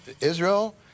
Israel